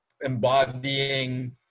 embodying